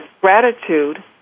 gratitude